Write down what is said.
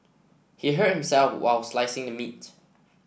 he hurt himself while slicing the meat